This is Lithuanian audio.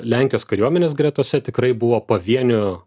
lenkijos kariuomenės gretose tikrai buvo pavienių